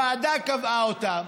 ועדה קבעה אותם,